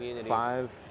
five